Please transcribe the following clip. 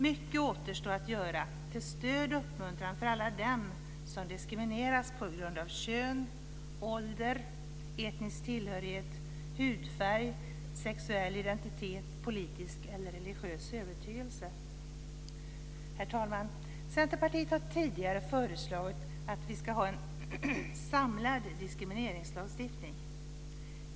Mycket återstår att göra till stöd och uppmuntran för alla dem som diskrimineras på grund av kön, ålder, etnisk tillhörighet, hudfärg, sexuell identitet, politisk eller religiös övertygelse. Herr talman! Centerpartiet har tidigare föreslagit att vi ska ha en samlad diskrimineringslagstiftning.